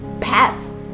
path